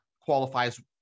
qualifies